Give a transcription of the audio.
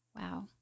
Wow